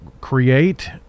create